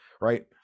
right